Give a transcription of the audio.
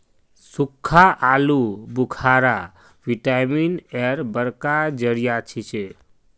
सुक्खा आलू बुखारा विटामिन एर बड़का जरिया छिके